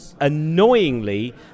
annoyingly